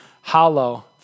hollow